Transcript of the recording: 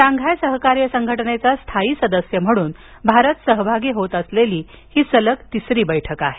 Shanghai सहकार्य संघटनेचा स्थायी सदस्य म्हणून भारत सहभागी होत असलेली हि सलग तिसरी बैठक आहे